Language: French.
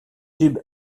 sub